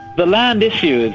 the land issue,